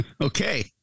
Okay